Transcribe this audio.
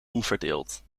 onverdeeld